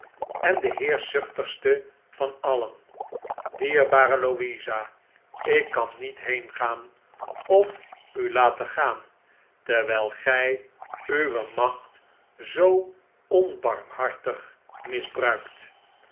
en de heerschzuchtigste van alien dierbare louisa ik kan niet heengaan of u laten gaan terwijl gij uwe macht zoo onbarmhartig misbruikt